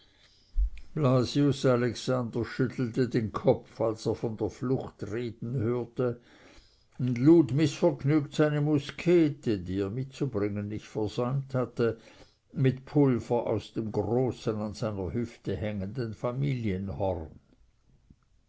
alexander schüttelte den kopf als er von flucht reden hörte und lud mißvergnügt seine muskete die er mitzubringen nicht versäumt hatte mit pulver aus dem großen an seiner hüfte hängenden familienhorn